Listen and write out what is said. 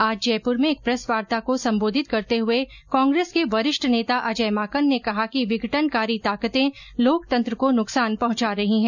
आज जयपुर में एक प्रेसवार्ता को संबोधित करते हुये कांग्रेस के वरिष्ठ नेता अजय माकन ने कहा कि विघटनकारी ताकतें लोकतंत्र को नुकसान पहुंचा रही हैं